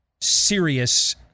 serious